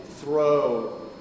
throw